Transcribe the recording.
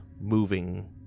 moving